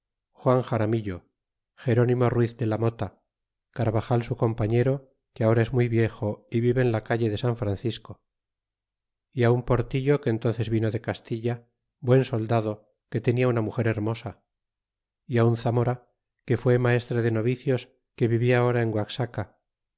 juan xaramillo geronimo ruiz de la mota carvajal su compañero que ahora es muy viejo y vive en la calle de san francisco é a un portillo que entónces vino de castilla buen soldado que tenia una muger hermosa e un zamora que fue maestre de navíos que vivia ahora en guaxaca